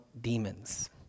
demons